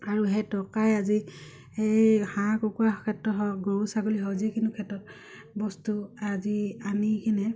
আৰু সেই টকাই আজি সেই হাঁহ কুকুৰাৰ ক্ষেত্ৰত হওক গৰু ছাগলী হওক যিখিনি ক্ষেত্ৰত বস্তু আজি আনি কিনে